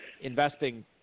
investing